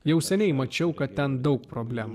jau seniai mačiau kad ten daug problemų